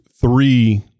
three